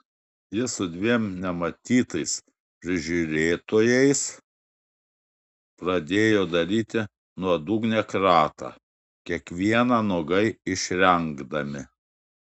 jis su dviem nematytais prižiūrėtojais pradėjo daryti nuodugnią kratą kiekvieną nuogai išrengdami